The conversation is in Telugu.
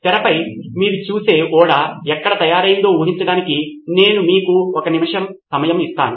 తెరపై మీరు చూసే ఓడ ఎక్కడ తయారైందో ఊహించడానికి నేను మీకు ఒక నిమిషం సమయం ఇస్తాను